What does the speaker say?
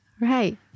Right